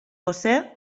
josé